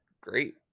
great